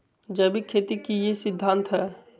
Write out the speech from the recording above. जैविक खेती के की सिद्धांत हैय?